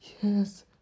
yes